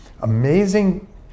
amazing